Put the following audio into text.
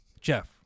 Jeff